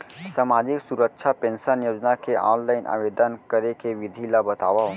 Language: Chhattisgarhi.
सामाजिक सुरक्षा पेंशन योजना के ऑनलाइन आवेदन करे के विधि ला बतावव